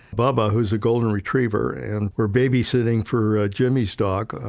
bubba, who's a golden retriever and we are babysitting for jimmy's dog,